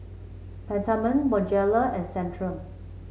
Peptamen Bonjela and Centrum